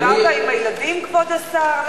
דיברת עם הילדים, כבוד השר?